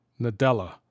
Nadella